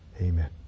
Amen